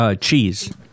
cheese